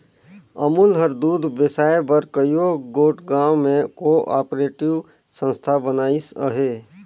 अमूल हर दूद बेसाए बर कइयो गोट गाँव में को आपरेटिव संस्था बनाइस अहे